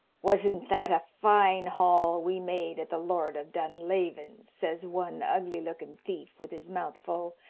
wasn't that a fine haul we made at the lord of dunlavin's? says one ugly-looking thief with his mouth full,